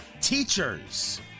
teachers